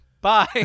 Bye